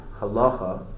halacha